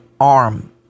arm